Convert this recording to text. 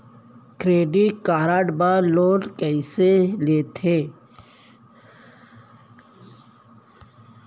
Credit card मा loan कइसे लेथे?